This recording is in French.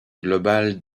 globale